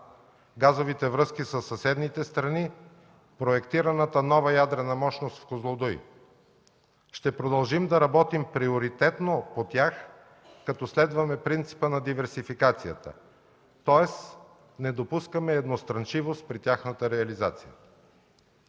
газовите връзки със съседните страни, проектираната нова ядрена мощност в „Козлодуй“. Ще продължим да работим приоритетно по тях като следваме принципа на диверсификацията, тоест не допускаме едностранчивост при тяхната реализация.